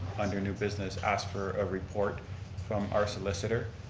under new business, ask for a report from our solicitor